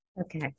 Okay